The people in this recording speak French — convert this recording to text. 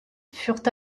furent